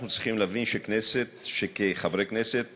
אנחנו צריכים להבין שכחברי כנסת